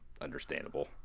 understandable